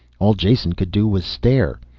all jason could do was stare.